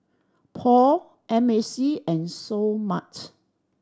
Paul M A C and Seoul Mart